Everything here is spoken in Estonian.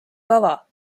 kava